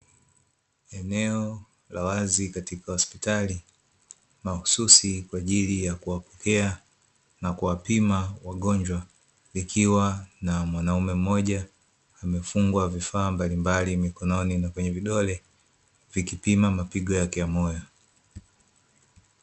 Eneo la wazi katika hospitali, mahususi kwa ajili ya kuwapokea na kuwapima wagonjwa, likiwa na mwanaume mmoja amefungwa vifaa mbalimbali mikononi na kwenye vidole, vikipima mapigo yake ya moyo.